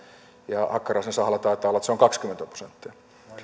ja hakkaraisen sahalla taitaa olla niin että se on kaksikymmentä prosenttia